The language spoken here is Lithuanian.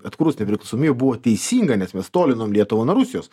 atkūrus nepriklausomybę buvo teisinga nes mes tolinom nuo lietuvą nuo rusijos